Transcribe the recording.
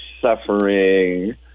suffering